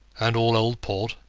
and all old port?